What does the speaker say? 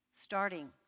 starting